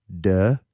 Duh